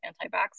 anti-vax